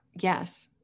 yes